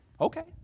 Okay